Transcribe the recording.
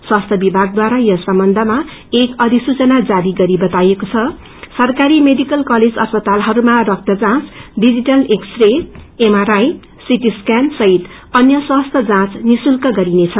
स्वास्थ्य विभागद्वारा यस सम्बन्ध्मा एक अधिसूचना जारी गरी बताइएको छ कि सरकारी मेडिकल कलेज अस्पतालहरूमा रक्त जाँच digital x ray MRI CT scan सहित अन्य स्वास्थ्य जाँ निशूल्क गरिनेछ